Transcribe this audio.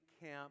camp